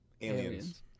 aliens